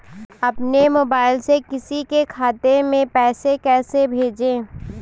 अपने मोबाइल से किसी के खाते में पैसे कैसे भेजें?